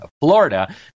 Florida